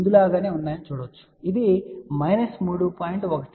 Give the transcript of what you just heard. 17 dB